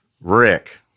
Rick